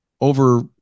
over